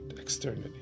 externally